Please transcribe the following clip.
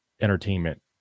entertainment